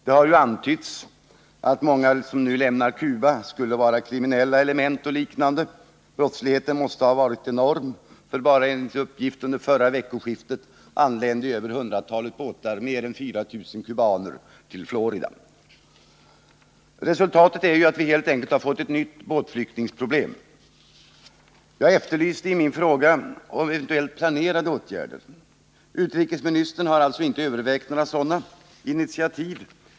Det har antytts att många som nu lämnar Cuba skulle vara kriminella element och liknande. Brottsligheten måste ha varit enorm — enligt uppgift anlände bara under förra veckoskiftet över hundratalet båtar med 4 000 kubaner till Florida. Resultatet är ju att vi helt enkelt fått ett nytt båtflyktingsproblem. Jag efterlyste i min fråga eventuellt planerade åtgärder. Utrikesministern har alltså inte övervägt några initiativ.